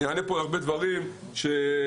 אני אענה להרבה דברים שנשאלתי.